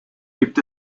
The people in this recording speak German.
gibt